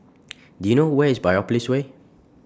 Do YOU know Where IS Biopolis Way